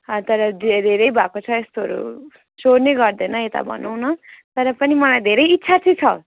तर धेरै धेरै भएको छ यस्तोहरू सो नै गर्दैन यता भनौँ न तर पनि मलाई धेरै इच्छा चाहिँ छ